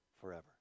forever